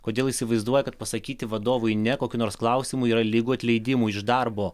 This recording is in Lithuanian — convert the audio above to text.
kodėl įsivaizduoja kad pasakyti vadovui ne kokiu nors klausimu yra lygu atleidimui iš darbo